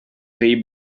pays